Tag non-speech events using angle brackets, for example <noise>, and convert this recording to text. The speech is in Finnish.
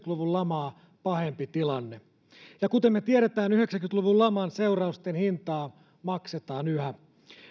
<unintelligible> luvun lamaa pahempi tilanne ja kuten me tiedämme yhdeksänkymmentä luvun laman seurausten hintaa maksetaan yhä